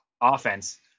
offense